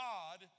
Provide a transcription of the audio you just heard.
God